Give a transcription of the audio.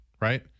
right